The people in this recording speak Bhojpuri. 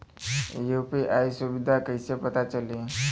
यू.पी.आई सुबिधा कइसे पता चली?